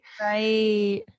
Right